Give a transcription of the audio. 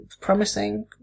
promising